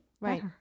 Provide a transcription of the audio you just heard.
right